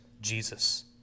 Jesus